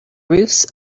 roofs